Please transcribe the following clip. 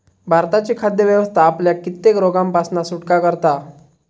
भारताची खाद्य व्यवस्था आपल्याक कित्येक रोगांपासना सुटका करता